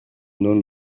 non